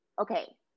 Okay